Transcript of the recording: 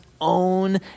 own